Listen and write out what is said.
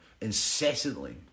incessantly